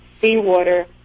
seawater